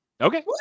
Okay